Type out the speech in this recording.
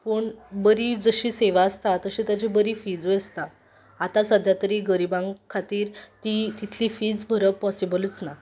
पूण बरी जशी सेवा आसता तशी तेजी बरी फिजूय आसता आतां सद्द्यां तरी गरिबां खातीर ती तितली फी भरप पॉसिबलूच ना